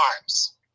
arms